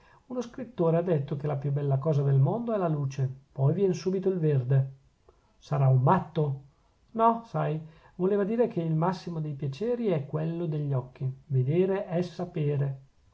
uno scrittore ha detto che la più bella cosa del mondo è la luce poi vien subito il verde sarà un matto no sai voleva dire che il massimo dei piaceri è quello degli occhi vedere è sapere